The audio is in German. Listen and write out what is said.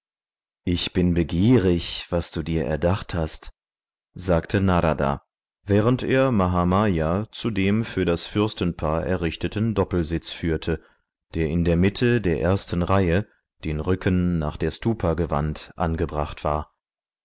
ich bin begierig was du dir erdacht hast sagte narada während er mahamaya zu dem für das fürstenpaar errichteten doppelsitz führte der in der mitte der ersten reihe den rücken nach der stupa gewandt angebracht war